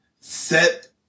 set